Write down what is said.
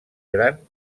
gran